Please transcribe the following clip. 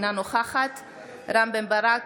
אינה נוכחת רם בן ברק,